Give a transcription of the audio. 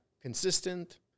consistent